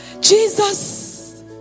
Jesus